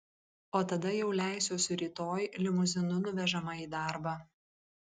o tada jau leisiuosi rytoj limuzinu nuvežama į darbą